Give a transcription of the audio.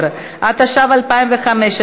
10), התשע"ו 2015,